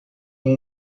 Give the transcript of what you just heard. com